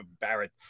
barrett